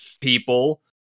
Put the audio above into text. people